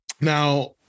Now